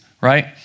Right